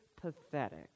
pathetic